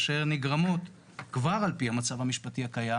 אשר נגרמות כבר על פי המצב המשפטי הקיים